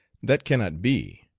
that cannot be,